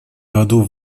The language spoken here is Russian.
году